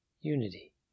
Unity